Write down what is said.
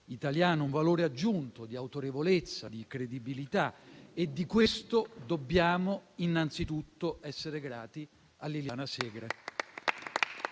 un valore aggiunto di autorevolezza, di credibilità e di questo dobbiamo innanzitutto essere grati a Liliana Segre.